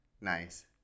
Nice